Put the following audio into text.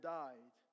died